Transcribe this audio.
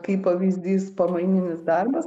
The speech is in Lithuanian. kaip pavyzdys pamaininis darbas